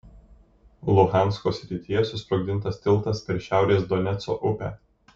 luhansko srityje susprogdintas tiltas per šiaurės doneco upę